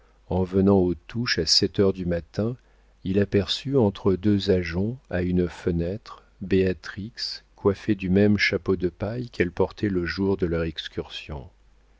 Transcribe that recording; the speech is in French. en venant aux touches à sept heures du matin il aperçut entre deux ajoncs à une fenêtre béatrix coiffée du même chapeau de paille qu'elle portait le jour de leur excursion